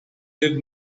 live